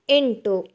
ಎಂಟು